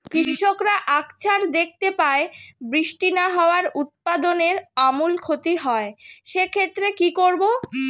কৃষকরা আকছার দেখতে পায় বৃষ্টি না হওয়ায় উৎপাদনের আমূল ক্ষতি হয়, সে ক্ষেত্রে কি করব?